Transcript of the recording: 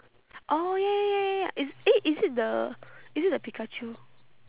oh ya ya ya ya ya is eh is it the is it the pikachu